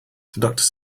doctor